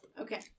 Okay